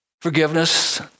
Forgiveness